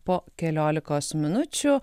po keliolikos minučių